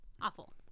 Awful